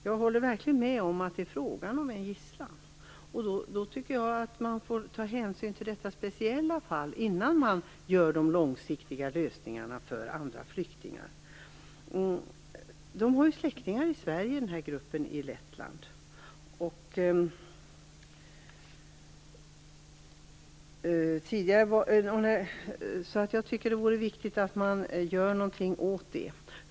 Jag håller verkligen med om att det är frågan om en gisslan och anser att man måste ta hänsyn till detta speciella fall innan man gör de långsiktiga lösningarna för andra flyktingar. Gruppen i Lettland har ju släktingar i Sverige. Det är viktigt att man gör något åt det.